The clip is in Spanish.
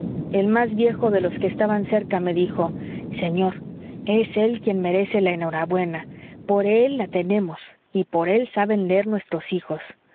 el más viejo de los que estaban cerca me dijo señor es él quien merece la enhorabuena por él la tenemos y por él saben leer nuestros hijos